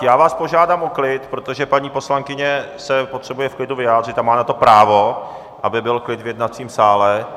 Já vás požádám o klid, protože paní poslankyně se potřebuje v klidu vyjádřit a má na to právo, aby byl klid v jednacím sále.